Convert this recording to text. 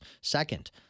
Second